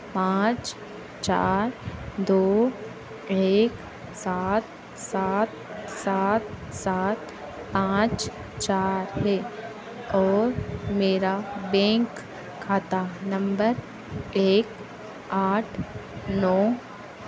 पाँच चार दो एक सात सात सात सात पाँच चार एक और मेरा बेंक खाता नंबर एक आठ नौ